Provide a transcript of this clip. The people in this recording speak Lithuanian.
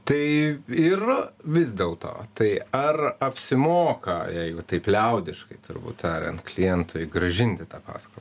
tai ir vis dėlto tai ar apsimoka jeigu taip liaudiškai turbūt tariant klientui grąžinti tą paskolą